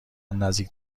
نزدیک